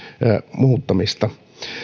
muuttamista